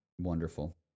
Wonderful